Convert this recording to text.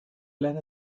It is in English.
let